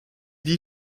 die